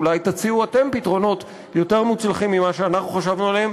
אולי אתם תציעו פתרונות יותר מוצלחים מאלה שאנחנו חשבנו עליהם.